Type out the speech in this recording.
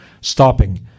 Stopping